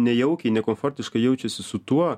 nejaukiai nekomfortiškai jaučiasi su tuo